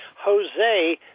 Jose